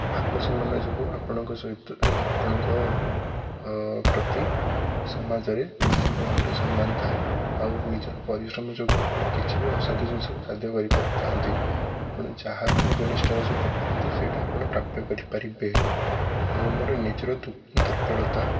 ଆତ୍ମସମ୍ମାନ ଯୋଗୁଁ ଆପଣଙ୍କ ସହିତ ଆପଣଙ୍କ ପ୍ରତି ସମାଜରେ ନିଶ୍ଚିତ ଭାବରେ ସମ୍ମାନ ଥାଏ ଆଉ ନିଜର ପରିଶ୍ରମ ଯୋଗୁଁ ଆପଣ କିଛି ବି ଅସାଧୁ ଜିନିଷକୁ ସାଧ୍ୟ କରିପାରିଥାନ୍ତି ଆପଣ ଯାହା ବି ନିଜ ନିଷ୍ଠାର ସହିତ କରନ୍ତି ସେଇଟା ଆପଣ ପ୍ରାପ୍ୟ କରିପାରିବେ ଆଉ ଆମର ନିଜର ଦୁର୍ବଳତା